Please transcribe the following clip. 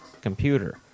computer